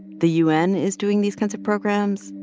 the u n. is doing these kinds of programs,